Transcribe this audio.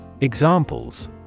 Examples